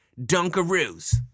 Dunkaroos